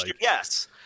Yes